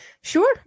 Sure